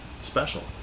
special